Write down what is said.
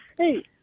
Hey